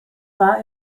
war